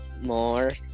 more